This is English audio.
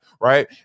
right